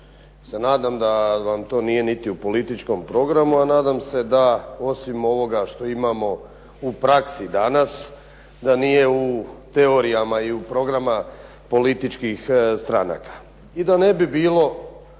se nadam da vam to nije niti u političkom programu, a nadam se da osim ovoga što imamo u praksi danas da nije u teorijama i u programima političkih stranaka. I da ne bi bilo